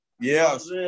Yes